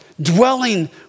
dwelling